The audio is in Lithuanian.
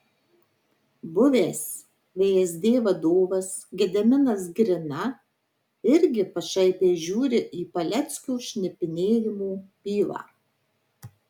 buvęs vsd vadovas gediminas grina irgi pašaipiai žiūri į paleckio šnipinėjimo bylą